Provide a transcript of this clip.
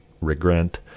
regret